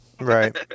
right